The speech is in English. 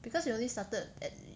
because you only started at